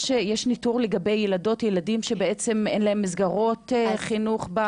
יש ניטור לגבי ילדות וילדים שבעצם אין להם מסגרות חינוך?